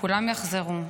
שכולם יחזרו,